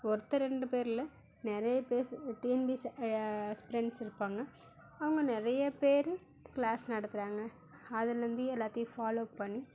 ஒருத்தர் ரெண்டு பேரில் நிறைய பேர் டிஎன்பிசி ஃப்ரெண்ட்ஸ் இருப்பாங்க அவங்க நிறைய பேர் கிளாஸ் நடத்தறாங்க அதிலேருந்து எல்லாத்தையும் ஃபாலோ பண்ணி